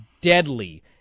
deadly